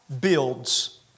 builds